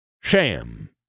sham